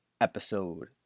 episode